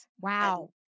Wow